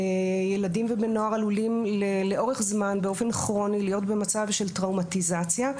ילדים ונוער עלולים לאורך זמן ובאופן כרוני להיות במצב של טראומתיזציה.